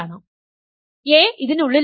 അതിനാൽ a ഇതിനുള്ളിലാണ്